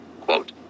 quote